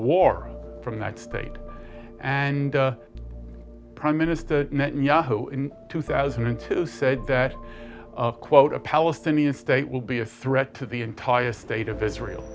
war from that state and prime minister netanyahu in two thousand and two said that quote a palestinian state will be a threat to the entire state of israel